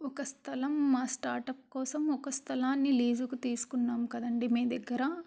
ఒక స్థలం మా స్టార్టప్ కోసం ఒక స్థలాన్ని లీజుకు తీసుకున్నాం కదండీ మీ దగ్గర